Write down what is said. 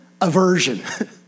aversion